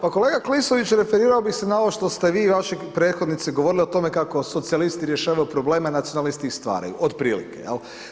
Pa kolega Klisović, referirao bih se na ovo što ste vi i vaši prethodnici govorili o tome kako socijalisti rješavaju probleme, nacionalisti ih stvaraju, otprilike, jel?